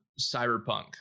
cyberpunk